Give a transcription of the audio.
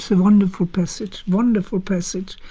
so wonderful passage, wonderful passage.